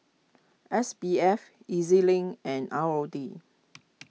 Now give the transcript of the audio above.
S B F E Z Link and R O D